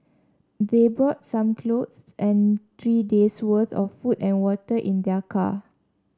they brought some clothes and three days' worth of food and water in their car